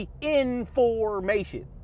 information